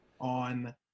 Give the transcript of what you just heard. on